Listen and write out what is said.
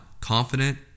confident